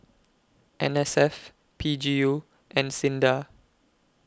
N S F P G U and SINDA